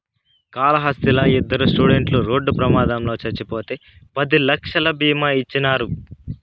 కాళహస్తిలా ఇద్దరు స్టూడెంట్లు రోడ్డు ప్రమాదంలో చచ్చిపోతే పది లక్షలు బీమా ఇచ్చినారు